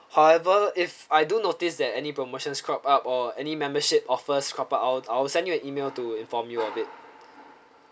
however if I do notice that any promotions cropped up or any membership offers cropped out I'll I'll send you an email to inform you of it